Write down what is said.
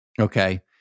Okay